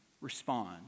respond